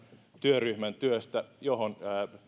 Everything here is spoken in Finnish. työryhmän työstä